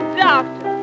doctor